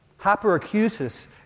Hyperacusis